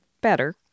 better